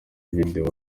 video